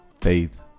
faith